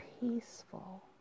peaceful